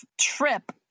trip